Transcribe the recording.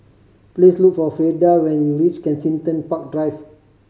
please look for Freida when you reach Kensington Park Drive